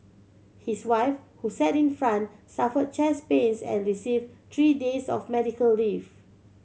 his wife who sat in front suffered chest pains and received three days of medical leave